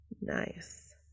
nice